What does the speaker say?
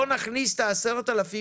לא נכניס אותם?